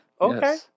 Okay